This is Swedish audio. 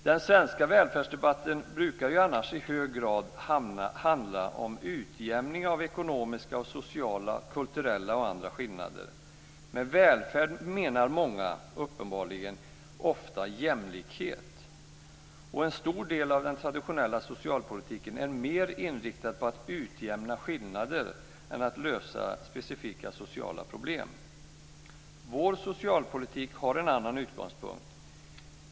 Den svenska välfärdsdebatten brukar ju annars i hög grad handla om utjämning av ekonomiska, sociala, kulturella och andra skillnader. Med välfärd menar många uppenbarligen ofta jämlikhet. Och en stor del av den traditionella socialpolitiken är mer inriktad på att utjämna skillnader än att lösa specifika sociala problem. Vår socialpolitik har en annan utgångspunkt.